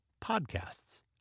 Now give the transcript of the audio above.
podcasts